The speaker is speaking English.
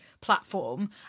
platform